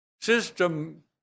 system